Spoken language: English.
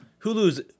Hulu's